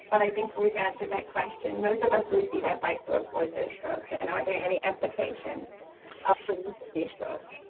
but i think we've answered that question. most of us receive advice to avoid those drugs. and are there any indications ah for using these drugs?